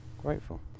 grateful